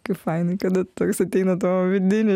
kaip fainai kada toks ateina tavo vidinis